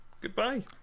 Goodbye